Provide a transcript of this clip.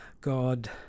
God